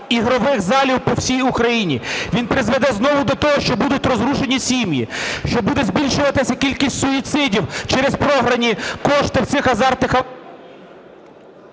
ігрових залів по всій Україні. Він призведе знову до того, що будуть розрушені сім'ї, що буде збільшуватися кількість суїцидів через програні кошти в цих азартних...